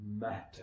matter